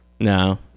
No